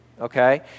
okay